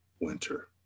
Winter